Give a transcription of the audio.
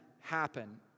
happen